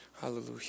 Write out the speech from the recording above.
hallelujah